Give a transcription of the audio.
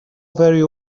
very